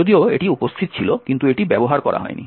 যদিও এটি উপস্থিত ছিল কিন্তু এটি ব্যবহার করা হয়নি